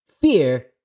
fear